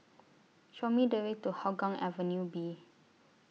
Show Me The Way to Hougang Avenue B